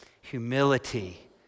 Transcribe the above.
Humility